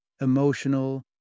emotional